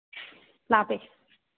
ꯂꯥꯞꯄꯤ